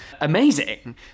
Amazing